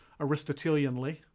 Aristotelianly